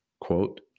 quote